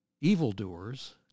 evildoers